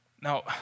Now